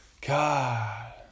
God